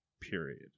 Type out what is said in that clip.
Period